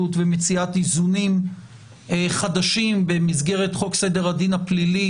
ומציאת איזונים חדשים במסגרת חוק סדר הדין הפלילי,